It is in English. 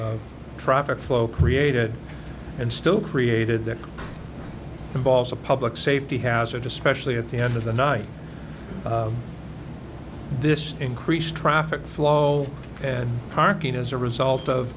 traffic flow created and still created that involves a public safety hazard especially at the end of the night this increased traffic flow and parking as a result of